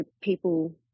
people